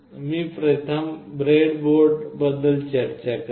मी प्रथम ब्रेडबोर्ड बद्दल चर्चा करेन